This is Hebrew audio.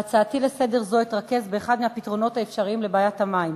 בהצעתי זו לסדר-היום אתרכז באחד מהפתרונות האפשריים לבעיית המים.